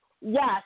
Yes